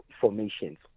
formations